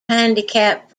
handicapped